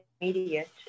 immediate